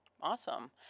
awesome